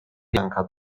pianka